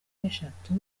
eshatu